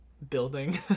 building